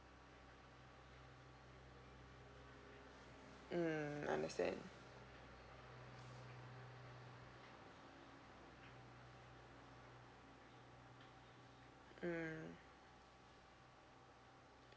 mm understand mm